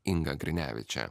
inga grinevičė